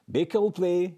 bei coldplay